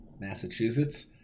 Massachusetts